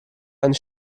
einen